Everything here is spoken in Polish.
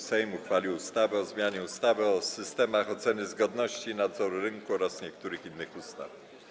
Sejm uchwalił ustawę o zmianie ustawy o systemach oceny zgodności i nadzoru rynku oraz niektórych innych ustaw.